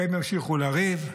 הם ימשיכו לריב,